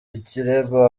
ikirego